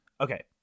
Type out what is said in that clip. Okay